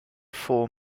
four